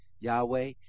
yahweh